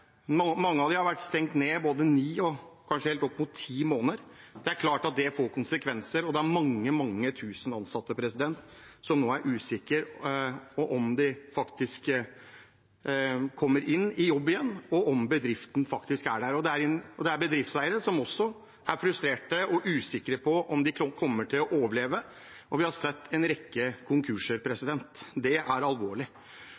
Mange av dem har vært stengt ned både ni og kanskje helt opp mot ti måneder. Det er klart at det får konsekvenser, og det er mange, mange tusen ansatte som nå er usikre på om de faktisk kommer i jobb igjen, og om bedriften faktisk er der. Det er også bedriftseiere som er frustrerte og usikre på om de kommer til å overleve, og vi har sett en rekke konkurser.